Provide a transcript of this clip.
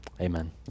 amen